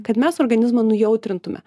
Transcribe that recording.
kad mes organizmą nujautrintume